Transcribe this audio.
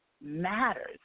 matters